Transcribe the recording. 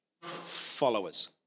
followers